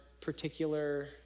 particular